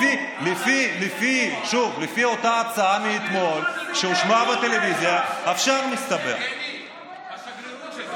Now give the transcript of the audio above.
לפי אותה הצעה מאתמול שהושמעה בטלוויזיה מסתבר שאפשר.